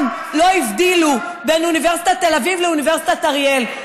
מעולם לא הבדילו בין אוניברסיטת תל אביב לאוניברסיטת אריאל.